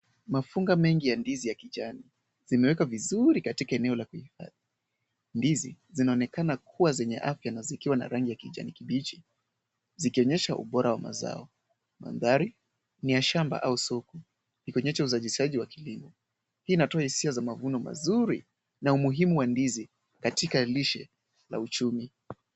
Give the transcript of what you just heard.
Mafunga mengi ya ndizi ya kijani zimewekwa vizuri katika eneo la kuhifadhi. Ndizi zinaonekana kuwa zenye afya na zikiwa na rangi ya kijani kibichi, zikionyesha ubora wa mazao. Mandhari ni ya shamba au soko ikionyesha uzalishaji wa kilimo. Hii inatoa hisia za mavuno mazuri na umuhimu wa ndizi katika lishe na uchumi.